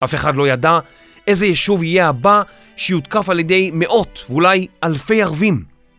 אף אחד לא ידע איזה יישוב יהיה הבא שיותקף על ידי מאות, אולי אלפי ערבים.